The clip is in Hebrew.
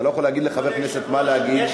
אתה לא יכול להגיד לחבר כנסת מה להגיד.